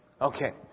Okay